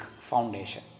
foundation